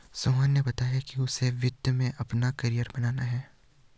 सोहन ने बताया कि उसे वित्त में अपना कैरियर बनाना है